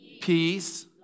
peace